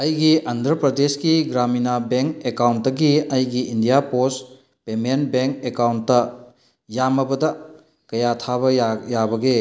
ꯑꯩꯒꯤ ꯑꯟꯗ꯭ꯔ ꯄ꯭ꯔꯗꯦꯁꯀꯤ ꯒ꯭ꯔꯥꯃꯤꯅꯥ ꯕꯦꯡ ꯑꯦꯀꯥꯎꯟꯇꯒꯤ ꯑꯩꯒꯤ India post payment bank account ꯌꯥꯝꯃꯕꯗ ꯀꯌꯥ ꯊꯥꯕ ꯌꯥꯕꯒꯦ